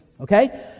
okay